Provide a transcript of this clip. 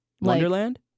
Wonderland